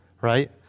right